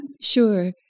Sure